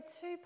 two